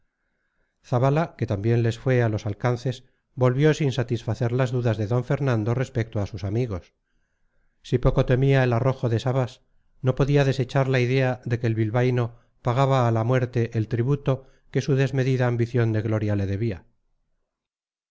zabala que también les fue a los alcances volvió sin satisfacer las dudas de d fernando respecto a sus amigos si poco temía del arrojo de sabas no podía desechar la idea de que el bilbaíno pagaba a la muerte el tributo que su desmedida ambición de gloria le debía